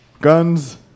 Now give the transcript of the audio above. Guns